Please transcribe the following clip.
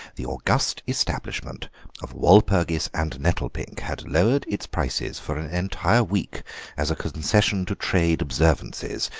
the august establishment of walpurgis and nettlepink had lowered its prices for an entire week as a concession to trade observances,